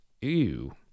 ew